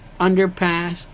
underpass